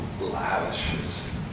lavishes